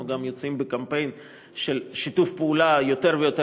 אנחנו גם יוצאים בקמפיין של שיתוף יותר ויותר